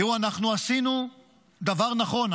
תראו, עשינו דבר נכון.